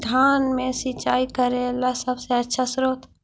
धान मे सिंचाई करे ला सबसे आछा स्त्रोत्र?